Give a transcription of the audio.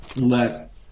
let